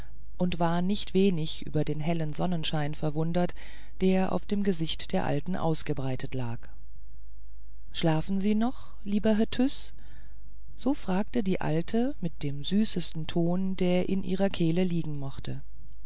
und war nicht wenig über den hellen sonnenschein verwundert der auf dem gesicht der alten ausgebreitet lag schlafen sie noch lieber herr tyß so fragte die alte mit dem süßesten ton der in ihrer kehle liegen mochte